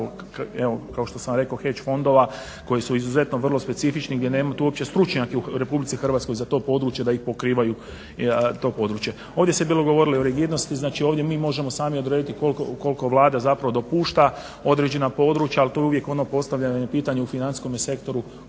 kao što sam rekao … fondova koji su izuzetno vrlo specifični, gdje nema tu uopće stručnjake u Republici Hrvatskoj za to područje da i pokrivaju to područje. Ovdje se bilo govorilo i o rigidnosti, znači ovdje mi možemo sami odrediti koliko Vlada zapravo dopušta određena područja, ali tu je uvijek ono postavljanje pitanja u financijskom sektoru